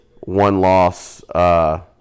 one-loss